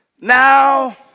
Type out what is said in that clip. Now